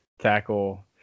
tackle